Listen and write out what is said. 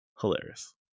hilarious